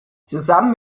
zusammen